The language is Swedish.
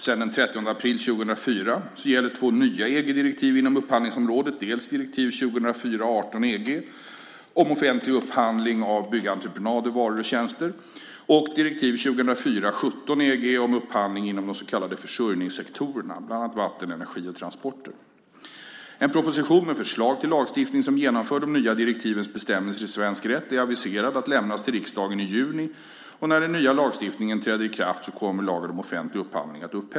Sedan den 30 april 2004 gäller två nya EG-direktiv inom upphandlingsområdet - direktiv 2004 EG om offentlig upphandling av byggentreprenader, varor och tjänster och direktiv 2004 EG om upphandling inom de så kallade försörjningssektorerna, bland annat vatten, energi och transporter. En proposition med förslag till lagstiftning som genomför de nya direktivens bestämmelser i svensk rätt är aviserad att lämnas till riksdagen i juni. När den nya lagstiftningen träder i kraft upphävs LOU.